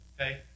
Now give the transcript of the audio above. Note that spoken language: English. Okay